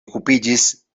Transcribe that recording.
okupiĝis